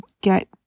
get